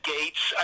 Gates